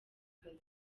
kazi